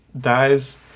dies